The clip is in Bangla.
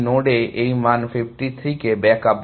সুতরাং এটি এই নোডে এই মান 53 কে ব্যাক আপ দেয়